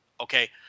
Okay